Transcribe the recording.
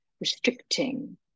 restricting